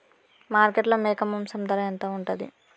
మార్కెట్లో మేక మాంసం ధర ఎంత ఉంటది?